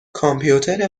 کامپیوتر